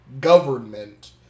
government